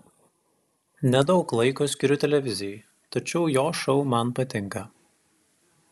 nedaug laiko skiriu televizijai tačiau jo šou man patinka